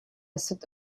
sud